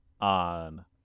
on